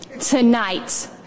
Tonight